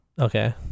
Okay